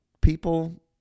people